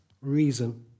reason